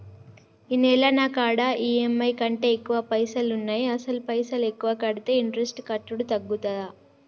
ఈ నెల నా కాడా ఈ.ఎమ్.ఐ కంటే ఎక్కువ పైసల్ ఉన్నాయి అసలు పైసల్ ఎక్కువ కడితే ఇంట్రెస్ట్ కట్టుడు తగ్గుతదా?